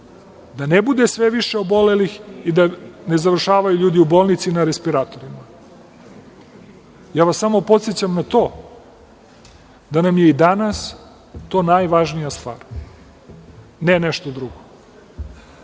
da ne bude sve više obolelih i da ne završavaju ljudi u bolnici i na respiratoru. Podsećam vas samo na to da nam je i danas to najvažnija stvar, a ne nešto drugo.